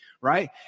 right